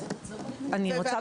אני רוצה